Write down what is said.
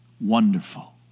wonderful